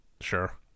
Sure